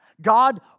God